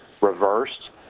reversed